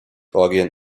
orgien